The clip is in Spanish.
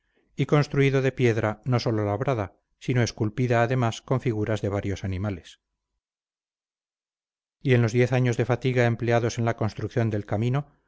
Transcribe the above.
y construido de piedra no sólo labrada sino esculpida además con figuras de varios animales y en los diez años de fatiga empleados en la construcción del camino